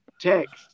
text